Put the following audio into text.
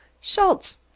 Schultz